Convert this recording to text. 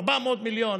400 מיליון